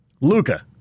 Luca